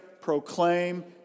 proclaim